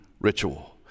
ritual